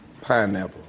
Pineapple